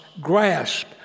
grasp